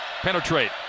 penetrate